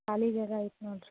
ಖಾಲಿ ಜಾಗ ಐತೆ ನೋಡಿರಿ